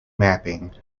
mapping